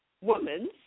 woman's